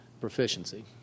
proficiency